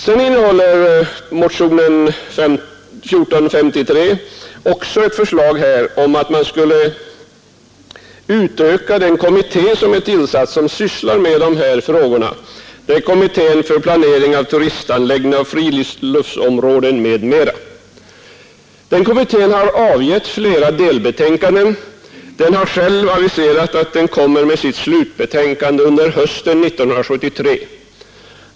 Motionen 1453 innehåller också ett förslag om att man skulle utöka kommittén för planering av turistanläggningar och friluftsområden m.m. Den kommittén har avgivit flera delbetänkanden, och den har själv aviserat att den kommer med sitt slutbetänkande under hösten 1973.